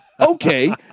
Okay